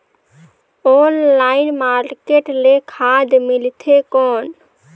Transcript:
Online market ले खाद मिलथे कौन?